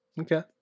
Okay